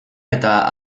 eta